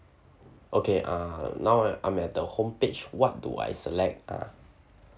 okay uh now I'm at the home page what do I select ah